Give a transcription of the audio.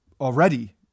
already